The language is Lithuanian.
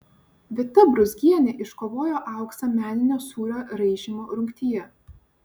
vita brūzgienė iškovojo auksą meninio sūrio raižymo rungtyje